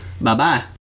Bye-bye